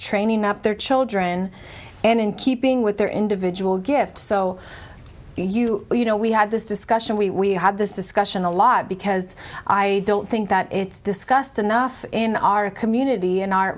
training up their children and in keeping with their individual gifts so you you know we had this discussion we had this discussion a lot because i don't think that it's discussed enough in our community in